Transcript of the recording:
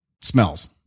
Smells